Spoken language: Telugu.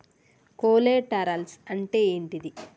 కొలేటరల్స్ అంటే ఏంటిది?